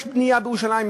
בנייה בירושלים,